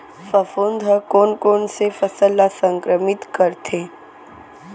फफूंद ह कोन कोन से फसल ल संक्रमित करथे?